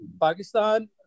Pakistan